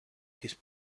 his